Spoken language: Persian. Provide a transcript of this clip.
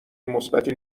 مثبتی